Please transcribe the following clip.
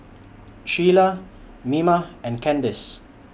Shiela Mima and Kandice